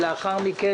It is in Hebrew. ולאחר מכן,